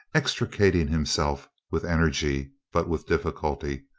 extricating himself with energy, but with difficulty.